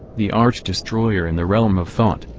the arch-destroyer in the realm of thought,